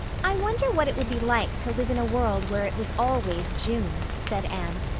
i wonder what it would be like to live in a world where it was always june, said anne,